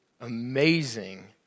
amazing